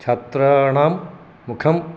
छात्राणां मुखं